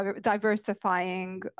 diversifying